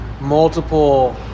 multiple